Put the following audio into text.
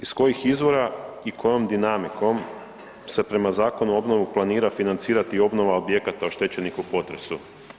Iz kojih izvora i kojom dinamikom se prema Zakonu o obnovi planira financirati obnova objekata oštećenih u potresu?